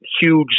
huge